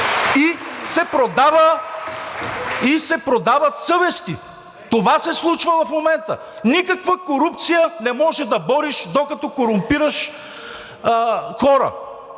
и се продават съвести. Това се случва в момента. Никаква корупция не може да бориш, докато корумпираш хора,